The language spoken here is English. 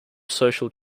social